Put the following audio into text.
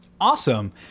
Awesome